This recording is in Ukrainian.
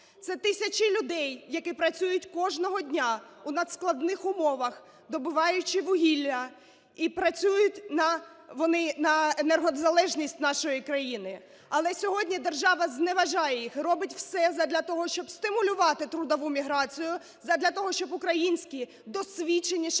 Це тисячі людей, які працюють кожного дня у надскладних умовах, добуваючи вугілля, і працюють вони на енергонезалежність нашої країни. Але сьогодні держава зневажає їх і робить все задля того, щоб стимулювати трудову міграцію, задля того, щоб українські досвідчені шахтарі